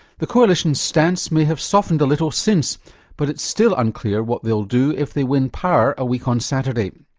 the coalition's stance may have softened a little since but it's still unclear what they'll do if they win power a week on saturday.